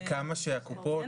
בכמה שהקופות משלמות?